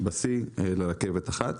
שיא לרכבת אחת.